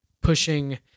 pushing